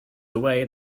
away